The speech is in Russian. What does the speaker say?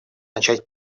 начать